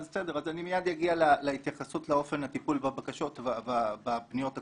אז אני מיד אגיע להתייחסות לאופן הטיפול בבקשות ובפניות הקודמות.